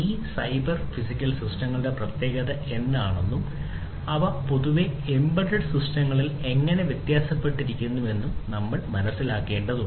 ഈ cyber physical സിസ്റ്റങ്ങളുടെ പ്രത്യേകത എന്താണെന്നും അവ പൊതുവെ ഉൾച്ചേർത്ത സിസ്റ്റങ്ങളിൽ നിന്ന് എങ്ങനെ വ്യത്യാസപ്പെട്ടിരിക്കുന്നുവെന്നും നമ്മൾ മനസ്സിലാക്കേണ്ടതുണ്ട്